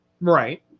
Right